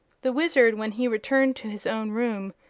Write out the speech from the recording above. the wizard, when he returned to his own room,